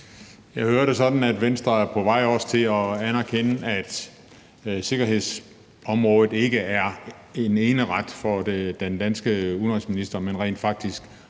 Jeg hører det sådan, at Venstre også er på vej til at anerkende, at sikkerhedsområdet ikke er en eneret for den danske udenrigsminister, men at det rent faktisk